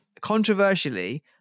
controversially